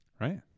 Right